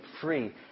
free